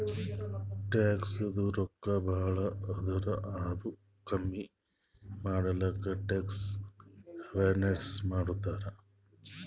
ಟ್ಯಾಕ್ಸದು ರೊಕ್ಕಾ ಭಾಳ ಆದುರ್ ಅದು ಕಮ್ಮಿ ಮಾಡ್ಲಕ್ ಟ್ಯಾಕ್ಸ್ ಅವೈಡನ್ಸ್ ಮಾಡ್ತಾರ್